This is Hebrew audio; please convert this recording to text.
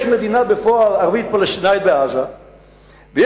יש מדינה ערבית-פלסטינית בעזה בפועל,